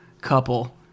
couple